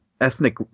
Ethnic